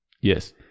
yes